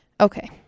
Okay